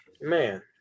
Man